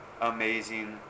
amazing